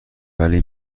ولی